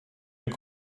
jak